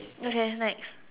okay next